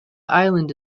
island